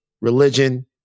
religion